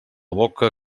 boca